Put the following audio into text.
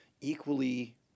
equally